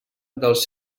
dels